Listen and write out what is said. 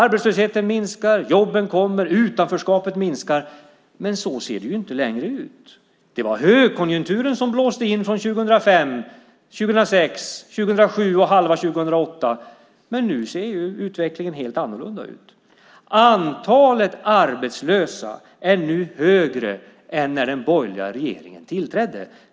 Arbetslösheten minskar, jobben kommer, utanförskapet minskar - men så ser det ju inte längre ut. Det var högkonjunkturen som blåste in från 2005, 2006, 2007 och halva 2008, men nu ser utvecklingen helt annorlunda ut. Antalet arbetslösa är nu högre än när den borgerliga regeringen tillträdde.